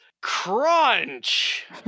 crunch